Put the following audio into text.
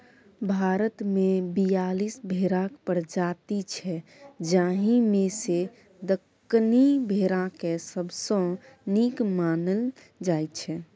भारतमे बीयालीस भेराक प्रजाति छै जाहि मे सँ दक्कनी भेराकेँ सबसँ नीक मानल जाइ छै